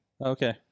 Okay